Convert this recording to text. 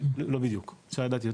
לא בדיוק, אפשר לדעת.